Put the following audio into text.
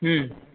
હમ્મ